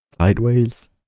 sideways